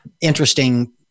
interesting